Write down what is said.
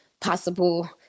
possible